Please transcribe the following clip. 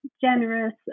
generous